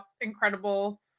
incredible